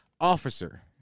Officer